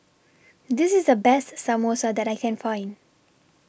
This IS The Best Samosa that I Can Find